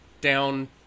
down